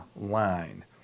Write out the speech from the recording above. line